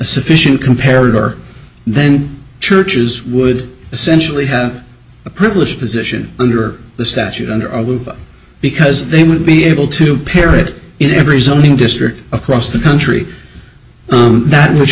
sufficient compared are then churches would essentially have a privileged position under the statute because they would be able to parrot in every something district across the country that which